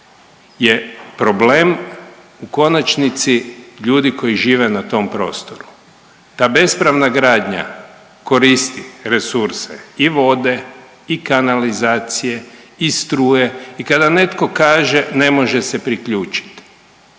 je problem u konačnici ljudi koji žive na tom prostoru. Ta bespravna gradnja koristi resurse i vode i kanalizacije i struje i kada netko kaže ne može se priključiti,